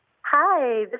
Hi